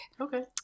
Okay